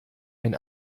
ein